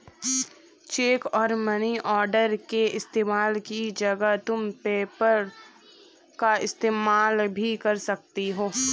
check और money order के इस्तेमाल की जगह तुम पेपैल का इस्तेमाल भी कर सकती हो